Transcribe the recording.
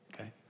Okay